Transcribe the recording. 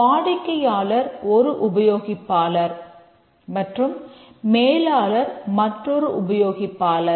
வாடிக்கையாளர் ஒரு உபயோகிப்பாளர் மற்றும் மேலாளர் மற்றொரு உபயோகிப்பாளர்